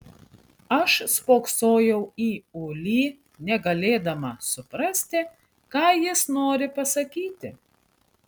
aš spoksojau į ulį negalėdama suprasti ką jis nori pasakyti